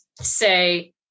say